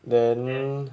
then